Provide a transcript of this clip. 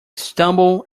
stumbled